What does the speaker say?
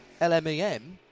LMEM